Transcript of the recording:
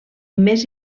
més